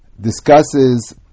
discusses